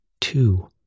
two